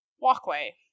walkway